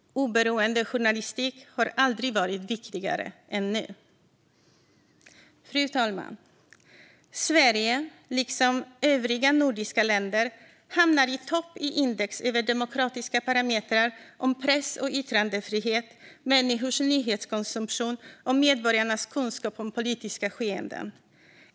Oberoende journalistik har aldrig varit viktigare än nu. Fru talman! Sverige liksom övriga nordiska länder hamnar i topp på index över demokratiska parametrar om press och yttrandefrihet, människors nyhetskonsumtion och medborgarnas kunskap om politiska skeenden.